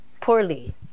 poorly